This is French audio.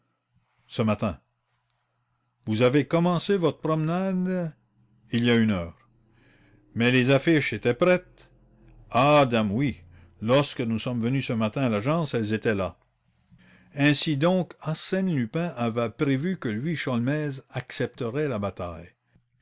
ce matin vous avez commencé votre promenade il y a une heure mais les affiches étaient prêtes ah dame oui lorsque nous sommes venus ce matin à l'agence elles étaient là ainsi donc arsène lupin avait prévu que lui sholmès accepterait la bataille